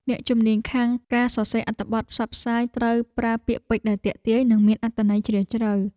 អ្នកជំនាញខាងការសរសេរអត្ថបទផ្សព្វផ្សាយត្រូវប្រើពាក្យពេចន៍ដែលទាក់ទាញនិងមានអត្ថន័យជ្រាលជ្រៅ។